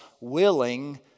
willing